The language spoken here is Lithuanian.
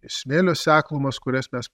smėlio seklumos kurias mes